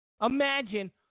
imagine